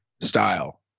style